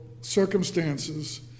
circumstances